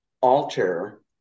alter